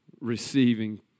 receiving